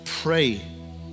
pray